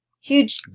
Huge